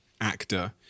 actor